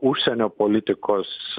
užsienio politikos